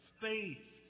Faith